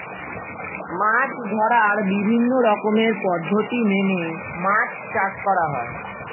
মাছ ধরার বিভিন্ন রকমের পদ্ধতি মেনে মাছ চাষ করা হয়